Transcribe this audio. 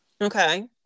Okay